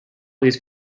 these